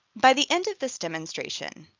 by the end of this demonstration,